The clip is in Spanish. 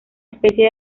especie